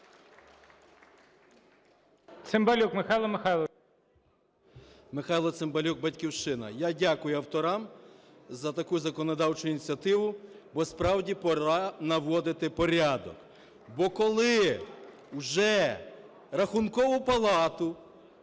Михайло Цимбалюк "Батьківщина". Я дякую авторам за таку законодавчу ініціативу, бо справді пора наводити порядок. Бо коли вже Рахункову палату